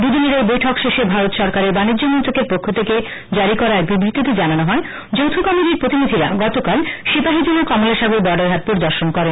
দুই দিনের এই বৈঠক শেষে ভারত সরকারের বানিজ্য মন্ত্রকের পক্ষ থেকে জারি করা এক বিবৃতিতে জানানো হয় যৌখ কমিটির প্রতিনিধিরা গতকাল সিপাহীজলার কমলাসাগর বর্ডার হাট পরিদর্শন করেন